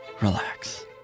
relax